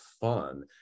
fun